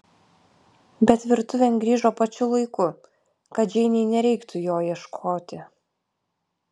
bet virtuvėn grįžo pačiu laiku kad džeinei nereiktų jo ieškoti